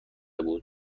بود